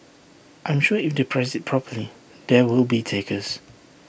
I'm sure if they price IT properly there will be takers